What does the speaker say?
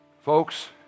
Folks